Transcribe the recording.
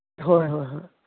ꯍꯣꯏ ꯍꯣꯏ ꯍꯣꯏ